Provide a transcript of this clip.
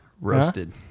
Roasted